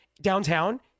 downtown